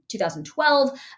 2012